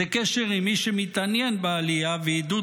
זה קשר עם מי שמתעניין בעלייה ועידוד